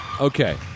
Okay